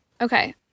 Okay